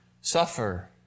suffer